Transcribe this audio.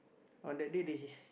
on the day they